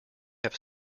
have